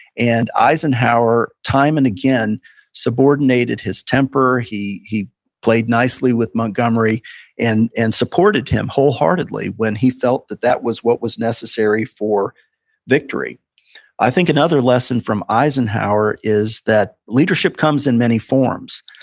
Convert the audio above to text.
and eisenhower time and again subordinated his temper. he he played nicely with montgomery and and supported him wholeheartedly when he felt that that was what was necessary for victory i think another lesson from eisenhower is that leadership comes in many forms.